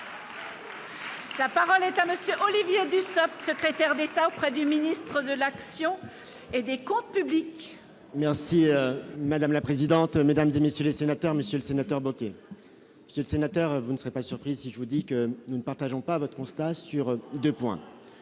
La parole est à monsieur Olivier Dussopt, secrétaire d'État auprès du ministre de l'action et des Comptes publics. Merci madame la présidente, mesdames et messieurs les sénateurs, Monsieur le Sénateur Bocquet seul sénateur, vous ne serez pas surpris si je vous dis que nous ne partageons pas votre constat sur 2 points: